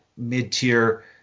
Mid-tier